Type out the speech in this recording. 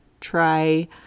try